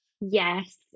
yes